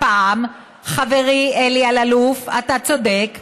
הפעם, חברי אלי אלאלוף, אתה צודק,